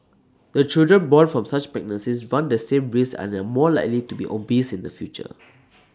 the children born from such pregnancies run the same risk and are more likely to be obese in the future